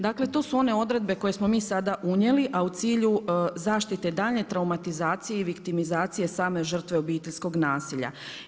Dakle to su one odredbe koje smo mi sada unijeli a u cilju zaštite daljnje traumatizacije i viktimizacije same žrtve obiteljskog nasilja.